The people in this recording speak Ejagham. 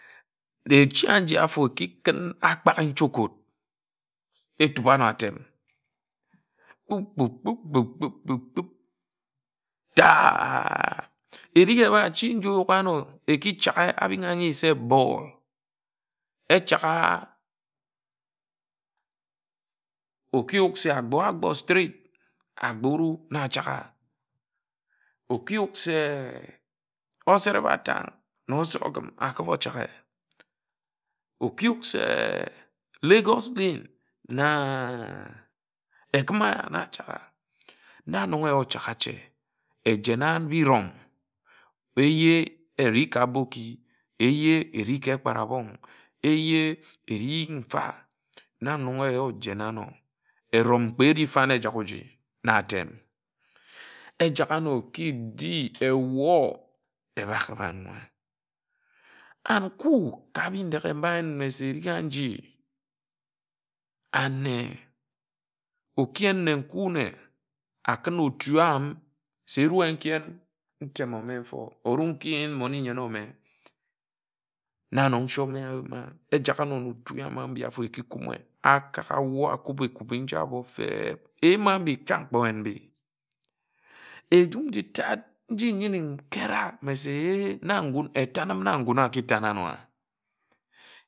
De echi aji afo aki kuń akpghe n̄chogōd etúk ano atem kput kput kput kput kput tah eri eba chi oyuk ano eki changhe abin̄-a-ayi se ball echagha oki yuk se Agbor Agbor street Agbor oru na āchāghā eki yuk se osere mba tań na osere ogim akib-o-chāghe oki yūk se lagos lane na Ekima na achaghe na nnon ye ochāgha ache ejena mbi îron̄ kpe eje eri ka boki ke eje eri ka ekparabong eje eri mfa na nnon ye ojena āno erom kpe éreh fań ejak oji na atem ejak ano oki di ewȯr ebak man and nku Bindeghe mba nne se eringha nji ane oki yen nne nku nne akún ȯtu āmim se eruen nji yen ntem ȯme mfo oru nki yen mone-nyen ȯme nna nnon nshōme áyima ejak anō afo na otui mbi afo eki kume akak awor akubi nji ábo feb ejum nji tad nji nyine n̄kere mme se eh na ngūn etanim na nguń aki tan̄ ano?